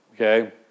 okay